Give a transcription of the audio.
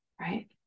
right